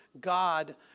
God